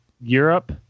Europe